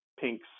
pinks